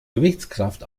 gewichtskraft